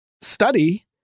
study